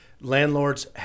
Landlords